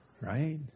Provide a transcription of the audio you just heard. right